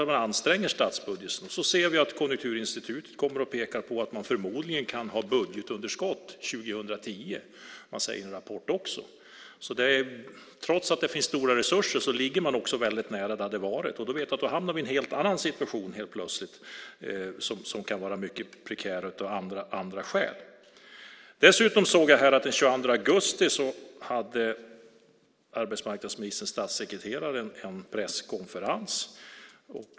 När man anstränger statsbudgeten ser vi att nu Konjunkturinstitutet pekar på att man förmodligen kan ha budgetunderskott 2010, vilket man också säger i en rapport. Trots att det finns stora resurser ligger man väldigt nära det som har varit. Då hamnar vi helt plötsligt i en annan situation som kan vara mycket prekär av andra skäl. Den 22 augusti höll arbetsmarknadsministerns statssekreterare en presskonferens.